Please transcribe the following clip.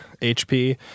HP